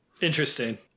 interesting